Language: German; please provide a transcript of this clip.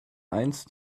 einst